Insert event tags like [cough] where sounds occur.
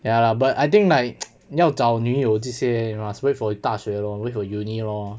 ya lah but I think like [noise] 你要找女友这些 must wait for 大学 lor wait for uni lor